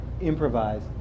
Improvise